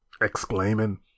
exclaiming